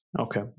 Okay